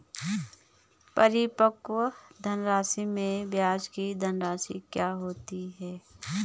परिपक्व धनराशि में ब्याज की धनराशि क्या होती है?